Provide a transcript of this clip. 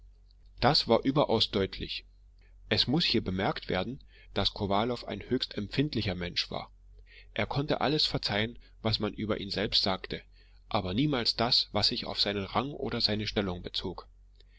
das war überaus deutlich es muß hier bemerkt werden daß kowalow ein höchst empfindlicher mensch war er konnte alles verzeihen was man über ihn selbst sagte aber niemals das was sich auf seinen rang oder seine stellung bezog